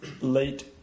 late